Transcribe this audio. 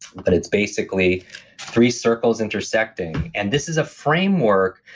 but it's basically three circles intersecting and this is a framework,